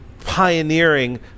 pioneering